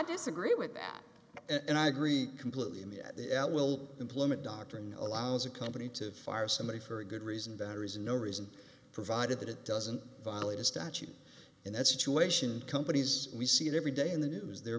disagree with that and i agree completely in the at the at will employment doctrine allows a company to fire somebody for a good reason better is no reason provided that it doesn't violate a statute in that situation companies we see every day in the news they're